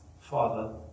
Father